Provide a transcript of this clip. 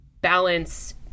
balance